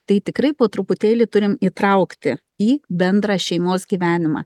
tai tikrai po truputėlį turim įtraukti į bendrą šeimos gyvenimą